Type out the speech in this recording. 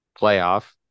playoff